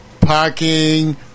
parking